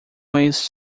weiss